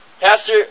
Pastor